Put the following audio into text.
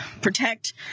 protect